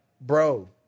bro